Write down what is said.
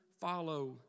follow